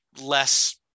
less